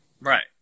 right